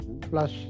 plus